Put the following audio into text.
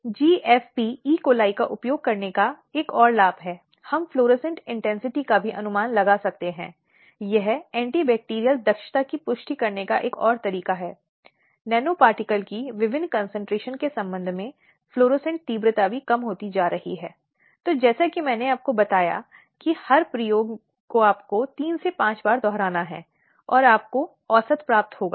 इसलिए जो कुछ भी वह कहती है कि उसकी गवाही का सम्मान किया जाना चाहिए और इस कहानी का अनावश्यक सहयोग या सुधार नहीं होना चाहिए जिसके लिए कहा गया है